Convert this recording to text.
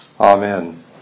Amen